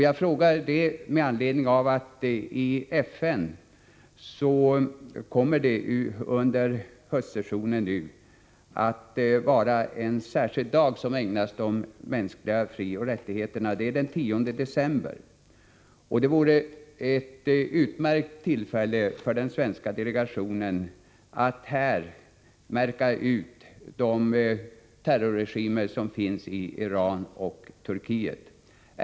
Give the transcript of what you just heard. Jag frågar med anledning av att FN under höstsessionen kommer att ägna en särskild dag åt de mänskliga frioch rättigheterna, nämligen den 10 december. Den svenska delegationen har då ett utmärkt tillfälle att fästa uppmärksamheten på de terrorregimer som finns i Iran och Turkiet.